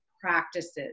practices